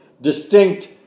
distinct